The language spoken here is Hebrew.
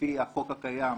לפי החוק הקיים,